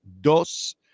dos